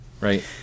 right